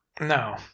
no